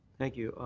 thank you.